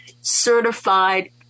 certified